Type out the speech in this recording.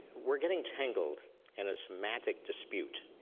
we're getting tangled in a semantic dispute,